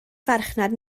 farchnad